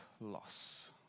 loss